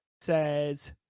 says